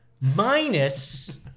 Minus